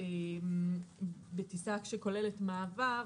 שבטיסה שכוללת מעבר,